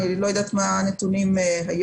אני לא יודעת מה הנתונים היום.